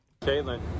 Caitlin